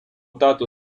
тато